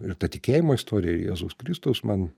ir ta tikėjimo istorija ir jėzaus kristaus man